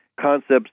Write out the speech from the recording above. Concepts